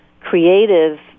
creative